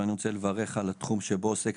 ואני רוצה לברך על התחום שבו הוועדה עוסקת,